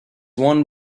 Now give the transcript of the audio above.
won